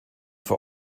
vor